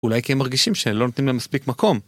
אולי כי הם מרגישים שלא נותנים להם מספיק מקום.